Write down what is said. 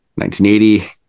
1980